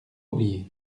oublié